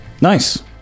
nice